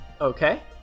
Okay